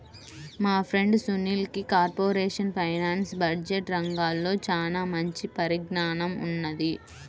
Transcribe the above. మా ఫ్రెండు సునీల్కి corporate finance, budget రంగాల్లో చానా మంచి పరిజ్ఞానం ఉన్నది